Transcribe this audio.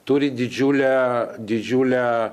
turi didžiulę didžiulę